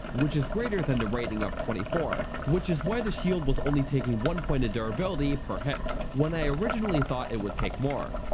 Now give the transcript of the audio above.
which is greater than the rating of twenty four, which is why the shield was only taking one point of durability per hit when i originally thought it would take more.